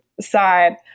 side